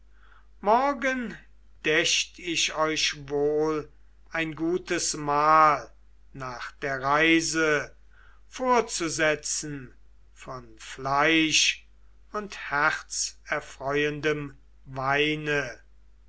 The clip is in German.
morgen dächt ich euch wohl ein gutes mahl nach der reise vorzusetzen von fleisch und herzerfreuendem weine